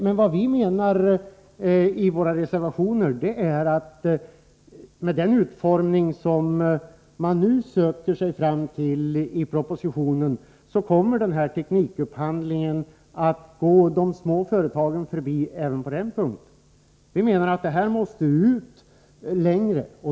Men i våra reservationer sägs det att med den utformning som man nu söker sig fram till i propositionen kommer teknikupphandlingen att gå de små företagen förbi även på den punkten. Vi menar att det här måste ut längre.